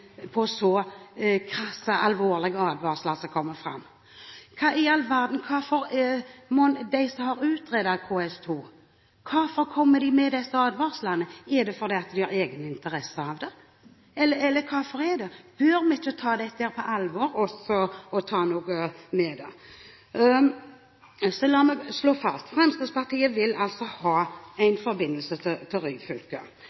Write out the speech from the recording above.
ta så lett på så krasse, alvorlige advarsler som kommer fram. Hvorfor i all verden kommer de som har utredet KS2 med disse advarslene – er det fordi de har egeninteresse av det? Bør vi ikke ta dette på alvor og gjøre noe med det? La meg slå fast: Fremskrittspartiet vil altså ha